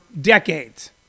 decades